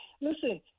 Listen